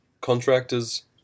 Contractors